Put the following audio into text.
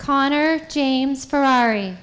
connor james ferrari